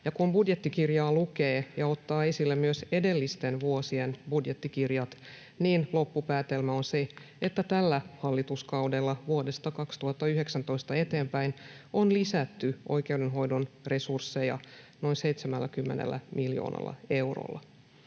kun budjettikirjaa lukee ja ottaa esille myös edellisten vuosien budjettikirjat, niin loppupäätelmä on se, että tällä hallituskaudella, vuodesta 2019 eteenpäin, on lisätty oikeudenhoidon resursseja noin 70 miljoonalla eurolla.